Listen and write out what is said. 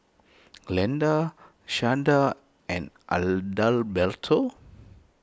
Glenda Shanda and Adalberto